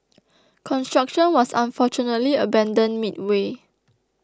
construction was unfortunately abandoned midway